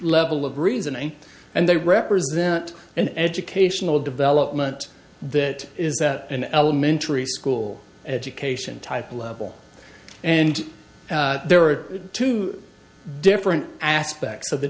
level of reasoning and they represent an educational development that is that an elementary school education type level and there are two different aspects of the